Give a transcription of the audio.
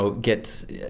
get